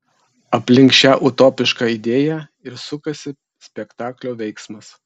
aplink šią utopišką idėją ir sukasi spektaklio veiksmas